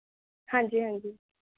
ਹਾਂਜੀ ਹਾਂਜੀ